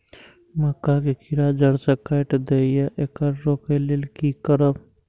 मक्का के कीरा जड़ से काट देय ईय येकर रोके लेल की करब?